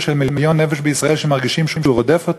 של מיליון נפש בישראל שמרגישים שהוא רודף אותם,